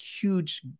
huge